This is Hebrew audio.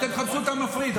אתם תחפשו את המפריד.